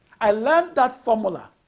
i learned that formula,